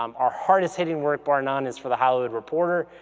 um our hardest hitting work bar none is for the hollywood reporter.